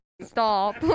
stop